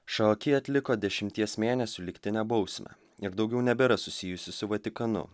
šoaki atliko dešimties mėnesių lygtinę bausmę ir daugiau nebėra susijusi su vatikanu